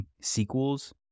sequels